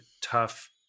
tough